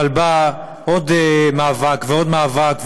אבל בא עוד מאבק ועוד מאבק,